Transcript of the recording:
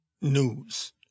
news